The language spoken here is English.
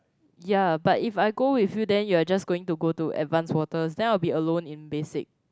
ya but if I go with you then you are just going to go to advanced waters then I'll be alone in basic